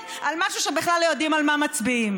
על משהו שבכלל לא יודעים על מה מצביעים.